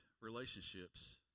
relationships